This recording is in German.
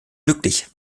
glücklich